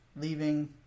leaving